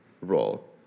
role